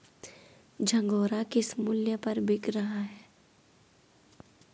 झंगोरा किस मूल्य पर बिक रहा है?